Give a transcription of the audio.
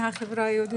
מהחברה היהודית זה ככה.